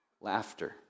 Laughter